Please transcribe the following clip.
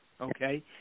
okay